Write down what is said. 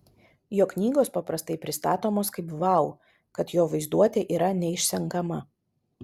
jo knygos paprastai pristatomos kaip vau kad jo vaizduotė yra neišsenkama